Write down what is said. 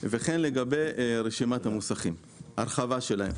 וכן לגבי רשימת המוסכים, הרחבה שלה.